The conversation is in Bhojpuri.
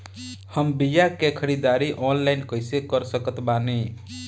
हम बीया के ख़रीदारी ऑनलाइन कैसे कर सकत बानी?